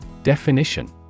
Definition